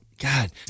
God